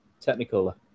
Technical